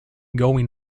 going